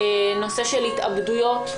התאבדויות,